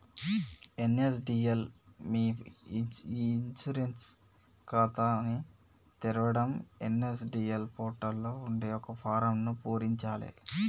NSDL మీ e insurance ఖాతాని తెరవడం ఎన్.ఎస్.డి.ఎల్ పోర్టల్ లో ఉండే ఒక ఫారమ్ను పూరించాలే